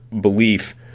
belief